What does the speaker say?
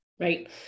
right